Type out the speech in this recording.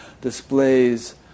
displays